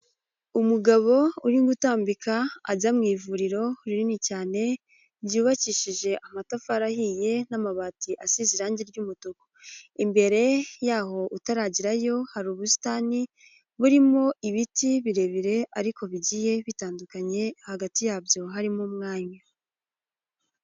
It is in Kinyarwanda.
Umugabo uri gutambika ajya mu ivuriro rinini cyane ryubakishije amatafari ahiye n'amabati asize irangi ry'umutuku, imbere yaho utaragerayo hari ubusitani burimo ibiti birebire ariko bigiye bitandukanye hagati yabyo harimo umwanya.